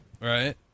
Right